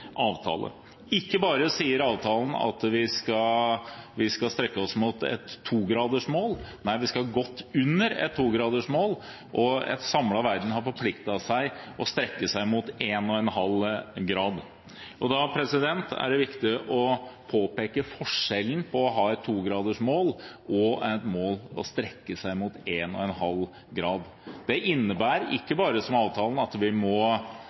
avtale. Ikke bare sier avtalen at vi skal strekke oss mot et 2-gradersmål – nei, vi skal godt under et 2-gradersmål. En samlet verden har forpliktet seg til å strekke seg mot 1,5 grader. Da er det viktig å påpeke forskjellen mellom å ha et 2-gradersmål og å ha et mål om å strekke seg mot 1,5 grader. Det innebærer ikke bare at vi må